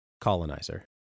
colonizer